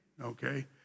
Okay